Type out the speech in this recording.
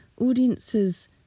audiences